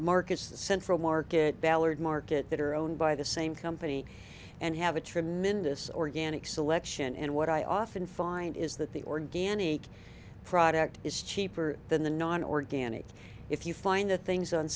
markets the central market ballard market that are owned by the same company and have a tremendous organic selection and what i often find is that the organic product is cheaper than the nonorganic if you find the things on